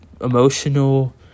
emotional